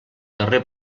carrer